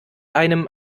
einem